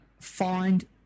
find